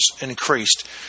increased